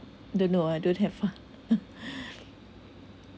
don't know I don't have